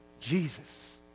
Jesus